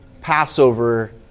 Passover